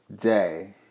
day